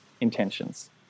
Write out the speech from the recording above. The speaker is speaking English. intentions